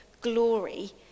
glory